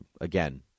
Again